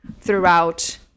throughout